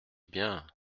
bien